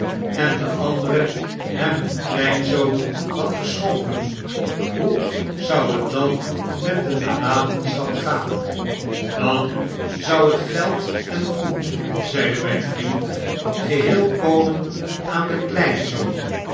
en de andere hem een kleinzoon had geschonken hoe zou het dan met de nalatenschap gaan ben hub te huur dan zou het geld en goed zeide myn vriend geheel komen aan den kleinzoon